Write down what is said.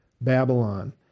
Babylon